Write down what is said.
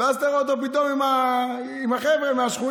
אז אתה רואה אותו פתאום עם החבר'ה מהשכונה,